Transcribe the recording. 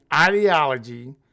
ideology